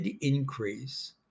increase